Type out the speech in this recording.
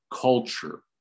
culture